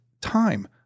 time